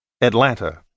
Atlanta